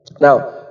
Now